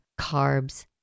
carbs